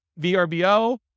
VRBO